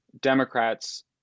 Democrats